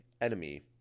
enemy